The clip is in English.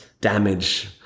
damage